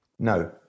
No